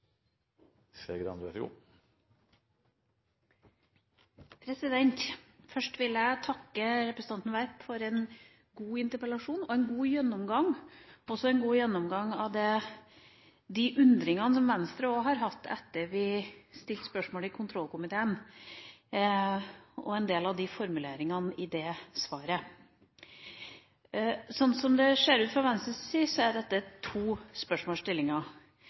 enkelte mennesket. Først vil jeg takke representanten Werp for en god interpellasjon og en god gjennomgang, en god gjennomgang av de undringene som også Venstre har hatt etter at vi stilte spørsmål i kontrollkomiteen, og undringen over en del av formuleringene i det svaret. Fra Venstres synspunkt er det to spørsmålsstillinger her. Det er